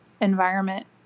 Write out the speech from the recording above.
environment